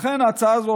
לכן ההצעה הזו,